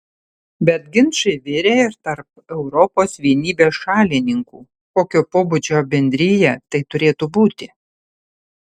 bet ginčai virė ir tarp europos vienybės šalininkų kokio pobūdžio bendrija tai turėtų būti